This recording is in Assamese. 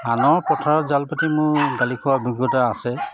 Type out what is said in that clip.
ধানৰ পথাৰত জাল পাতি মোৰ গালি খোৱাৰ অভিজ্ঞতা আছে